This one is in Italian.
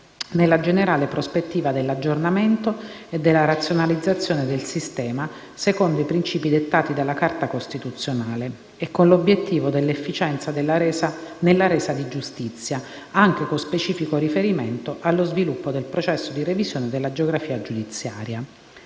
nella generale prospettiva dell'aggiornamento e della razionalizzazione del sistema secondo i principi dettati dalla Carta costituzionale e con l'obiettivo dell'efficienza nella resa di giustizia, anche con specifico riferimento allo sviluppo del processo di revisione della geografia giudiziaria.